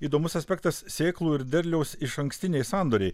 įdomus aspektas sėklų ir derliaus išankstiniai sandoriai